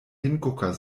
hingucker